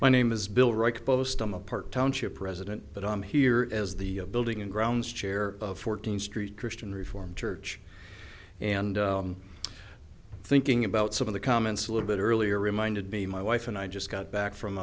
park township resident but i'm here as the building and grounds chair of fourteenth street christian reformed church and thinking about some of the comments a little bit earlier reminded me my wife and i just got back from